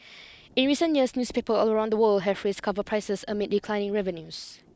in recent years newspapers around the world have raised cover prices amid declining revenues